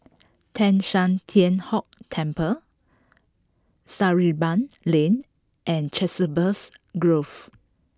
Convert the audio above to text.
Teng San Tian Hock Temple Sarimbun Lane and Chiselhurst Grove